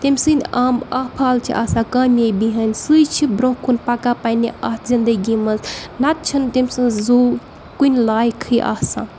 تٔمۍ سٕنٛدۍ عام اعفال چھِ آسان کامیٲبی ہٕنٛدۍ سُے چھِ برٛونہہ کُن پَکان پنٛنہِ اَتھ زِندگی منٛز نَتہٕ چھَنہٕ تیٚم سٕنٛز زُو کُنہِ لایقٕے آسان